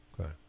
Okay